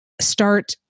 start